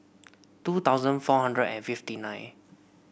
two thousand four hundred and fifty nine